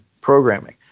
programming